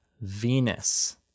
Venus